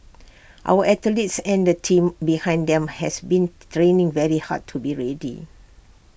our athletes and the team behind them has been training very hard to be ready